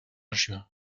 juin